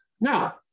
Now